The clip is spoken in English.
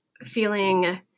feeling